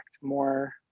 more